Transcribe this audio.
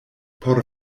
por